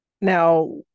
Now